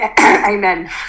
Amen